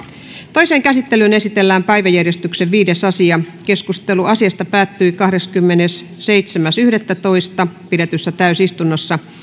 toiseen käsittelyyn esitellään päiväjärjestyksen viides asia keskustelu asiasta päättyi kahdeskymmenesseitsemäs yhdettätoista kaksituhattakahdeksantoista pidetyssä täysistunnossa